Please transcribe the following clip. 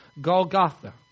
Golgotha